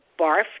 barf